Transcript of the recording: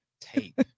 Tape